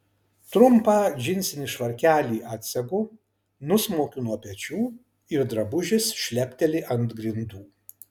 trumpą džinsinį švarkelį atsegu nusmaukiu nuo pečių ir drabužis šlepteli ant grindų